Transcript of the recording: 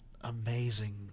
amazing